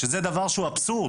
שזה דבר שהוא אבסורד.